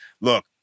look